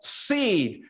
seed